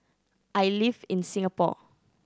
I live in Singapore